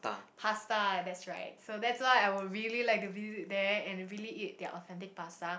pasta that's right so that's why I would really like to visit there and really eat their authentic pasta